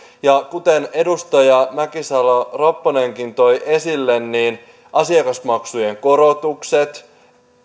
ja kuten edustaja mäkisalo ropponenkin toi esille niin asiakasmaksujen korotukset